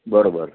बरोबर